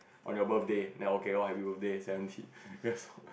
on your birthday and okay loh happy birthday seventy years old